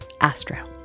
astro